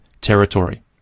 territory